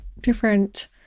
different